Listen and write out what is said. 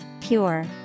pure